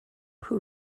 who